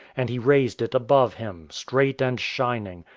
and he raised it above him, straight and shining,